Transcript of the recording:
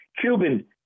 Cuban